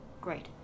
Great